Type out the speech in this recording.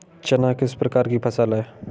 चना किस प्रकार की फसल है?